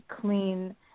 clean